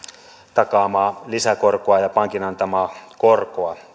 takaamaa lisäkorkoa ja pankin antamaa korkoa